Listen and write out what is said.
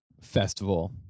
festival